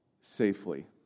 safely